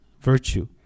virtue